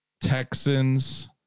Texans